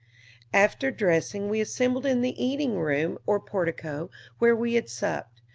after dressing, we assembled in the eating-room or portico where we had supped,